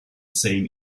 same